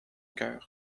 coeur